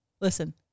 Listen